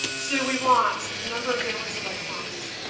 so we want number of valence electrons,